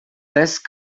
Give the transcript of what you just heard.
last